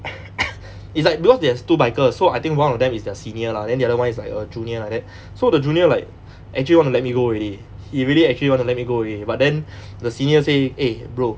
it's like because they have two bikers so I think one of them is their senior lah then the other [one] is like a junior like that so the junior like actually want to let me go already he really actually want to let me go already but then the senior say eh brother